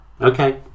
Okay